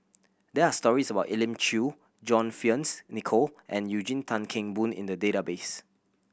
there are stories about Elim Chew John Fearns Nicoll and Eugene Tan Kheng Boon in the database